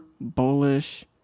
bullish